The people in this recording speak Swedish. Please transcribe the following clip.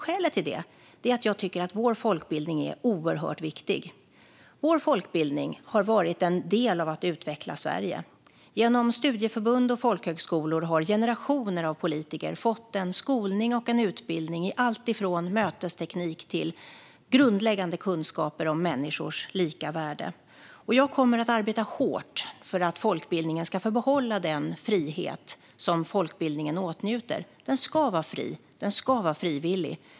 Skälet till det är att jag tycker att vår folkbildning är oerhört viktig. Vår folkbildning har varit en del av att utveckla Sverige. Genom studieförbund och folkhögskolor har generationer av politiker fått skolning och utbildning i allt från mötesteknik till grundläggande kunskap om människors lika värde. Jag kommer att arbeta hårt för att folkbildningen ska få behålla den frihet som folkbildningen åtnjuter. Den ska vara fri och frivillig.